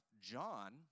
John